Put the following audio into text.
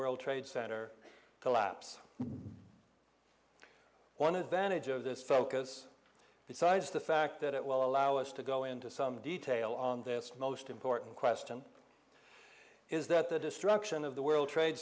world trade center collapse one advantage of this focus besides the fact that it will allow us to go into some detail on this most important question is that the destruction of the world trade